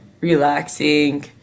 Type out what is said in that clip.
relaxing